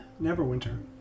Neverwinter